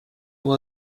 nur